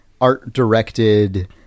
art-directed